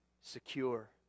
Secure